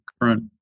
current